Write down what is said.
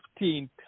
15th